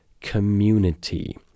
community